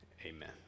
Amen